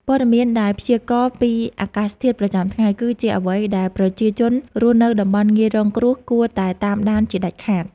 ព័ត៌មានដែលព្យាករណ៍ពីអាកាសធាតុប្រចាំថ្ងៃ គឺជាអ្វីដែលប្រជាជនរស់នៅតំបន់ងាយរងគ្រោះគួរតែតាមដានជាដាច់ខាត។